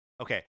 Okay